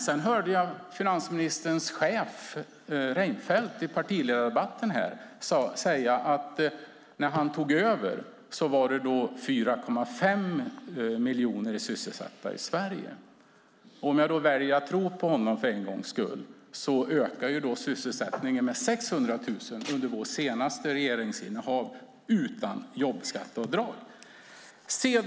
Sedan hörde jag finansministerns chef, Reinfeldt, säga i partiledardebatten att det när han tog över var 4,5 miljoner sysselsatta i Sverige. Om jag för en gångs skull väljer att tro på honom ökade alltså sysselsättningen med 600 000 under vårt senaste regeringsinnehav - utan jobbskatteavdrag.